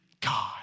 God